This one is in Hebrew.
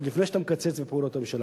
עוד לפני שאתה מקצץ בפעולות הממשלה.